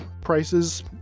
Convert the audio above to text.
prices